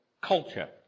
culture